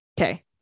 Okay